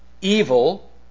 evil